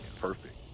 Perfect